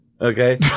Okay